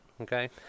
Okay